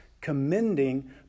commending